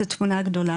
את התמונה הגדולה,